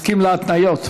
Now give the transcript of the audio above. מסכים להתניות?